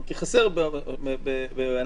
כי חסרים בענף הבנייה.